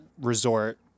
resort